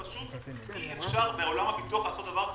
אי אפשר בעולם הביטוח לעשות את זה.